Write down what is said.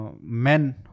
men